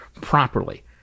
properly